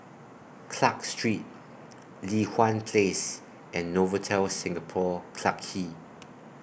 Clarke Street Li Hwan Place and Novotel Singapore Clarke Quay